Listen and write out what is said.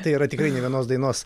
tai yra tikrai ne vienos dainos